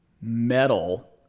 metal